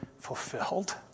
fulfilled